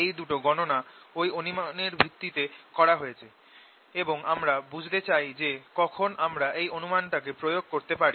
এই দুটো গণনা ওই অনুমানের ভিত্তিতে করা হয়েছে এবং আমরা বুঝতে চাই যে কখন আমরা এই অনুমানটাকে প্রয়োগ করতে পারি